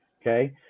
okay